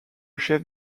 chef